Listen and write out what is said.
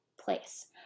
place